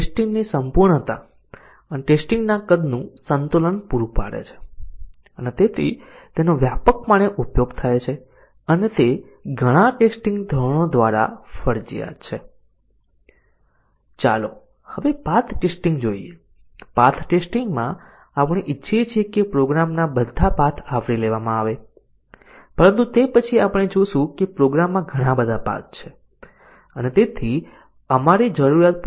જો આપણે એક એટોમિક કન્ડિશન પર નજર નાખીએ છીએ જ્યારે આ મૂળ કન્ડિશન સાચી અને ખોટીનું મૂલ્યાંકન કરે છે ત્યારે અન્ય તમામ એટોમિક કન્ડિશન ઓના મૂલ્યો સમાન હોવા જોઈએ અને આ માટે સાચા અને ખોટાનું મૂલ્યાંકન કરવા માટે આપણને સંપૂર્ણ કોમ્બાઈનેશન ની કન્ડિશન ની જરૂર છે